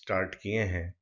start किए हैं